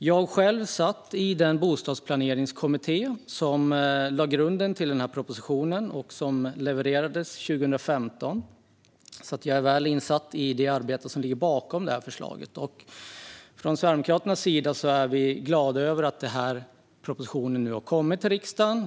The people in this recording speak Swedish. Jag själv satt i den bostadsplaneringskommitté som lade grunden till propositionen och som levererade sitt resultat 2015, så jag är väl insatt i det arbete som ligger bakom förslaget. Från Sverigedemokraternas sida är vi glada över att propositionen nu har kommit till riksdagen.